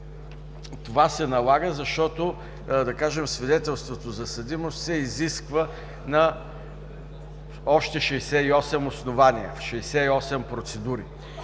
Това се налага, защото, да кажем, свидетелството за съдимост се изисква на още 68 основания, в 68 процедури.